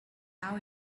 now